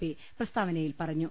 P പ്രസ്താവനയിൽ പറഞ്ഞു